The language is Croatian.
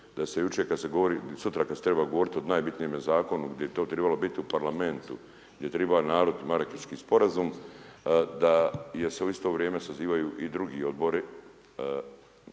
da se jučer kad se govori sutra kad se treba govoriti o najbitnijem zakonu gdje je to trebalo biti u parlamentu gdje je triba narod Marakeški sporazum, da je se u isto vrijeme sazivaju i drugi odbori